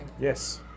Yes